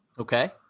Okay